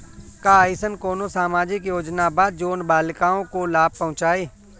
का अइसन कोनो सामाजिक योजना बा जोन बालिकाओं को लाभ पहुँचाए?